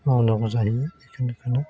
मावनांगौ जाहैयो